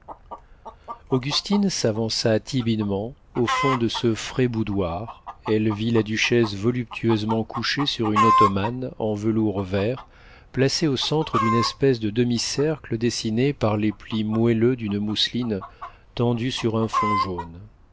augustine s'avança timidement au fond de ce frais boudoir elle vit la duchesse voluptueusement couchée sur une ottomane en velours vert placée au centre d'une espèce de demi-cercle dessiné par les plis moelleux d'une mousseline tendue sur un fond jaune